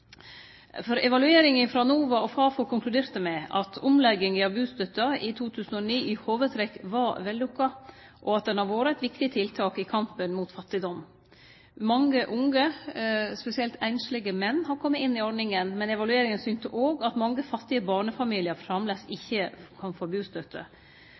Evalueringa frå Enova og Fafo konkluderte med at omlegginga av bustøtta i 2009 i hovudtrekk var vellukka, og at ho har vore eit viktig tiltak i kampen mot fattigdom. Mange unge, spesielt einslege menn, har kome inn i ordninga, men evalueringa synte òg at mange fattige barnefamiliar framleis ikkje kan få bustøtte.